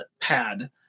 pad